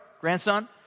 Grandson